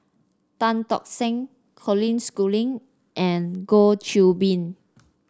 Tan Tock San Colin Schooling and Goh Qiu Bin